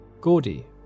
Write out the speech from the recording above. Gordy